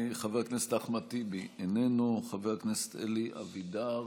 חבר הכנסת אחמד טיבי, איננו, חבר הכנסת אלי אבידר,